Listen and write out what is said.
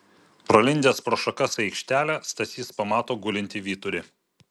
pralindęs pro šakas į aikštelę stasys pamato gulintį vyturį